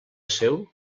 seu